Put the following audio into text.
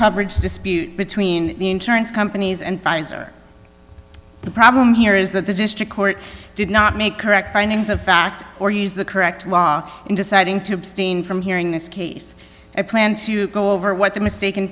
coverage dispute between the insurance companies and pfizer the problem here is that the district court did not make correct findings of fact or use the correct law in deciding to abstain from hearing this case i plan to go over what the mistaken